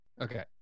Okay